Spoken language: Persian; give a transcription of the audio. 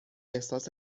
احساس